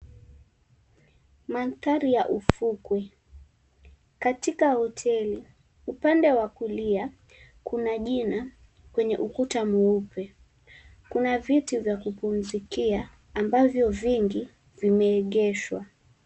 Mandhari ya ufukwe. Katika hoteli upande wa kulia, kuna jina kwenye ukuta mweupe. Kuna viti vya kupumzikia, ambavyo vingi vimeegeshwa.